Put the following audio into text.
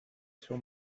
sur